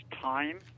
time